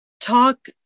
talk